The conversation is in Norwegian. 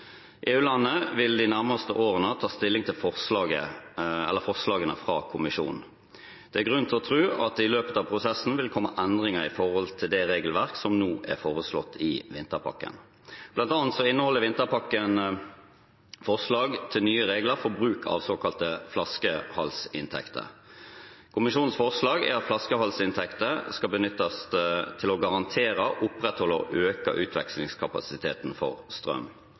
vil de nærmeste årene ta stilling til forslagene fra kommisjonen. Det er grunn til å tro at det i løpet av prosessen vil komme endringer i det regelverket som nå er foreslått i vinterpakken. Blant annet inneholder vinterpakken forslag til nye regler for bruk av såkalte flaskehalsinntekter. Kommisjonens forslag er at flaskehalsinntekter skal benyttes til å garantere, opprettholde og øke utvekslingskapasiteten for strøm.